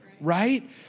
right